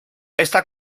está